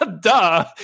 duh